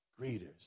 greeters